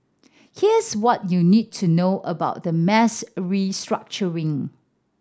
here's what you need to know about the mass restructuring